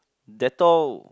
dettol